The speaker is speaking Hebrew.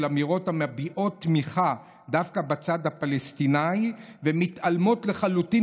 אמירות המביעות תמיכה דווקא בצד הפלסטיני ומתעלמות לחלוטין